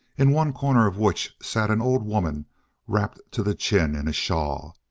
in one corner of which sat an old woman wrapped to the chin in a shawl.